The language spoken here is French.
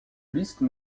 liste